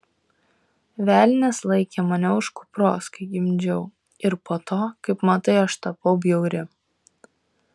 velnias laikė mane už kupros kai gimdžiau ir po to kaip matai aš tapau bjauri